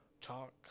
talk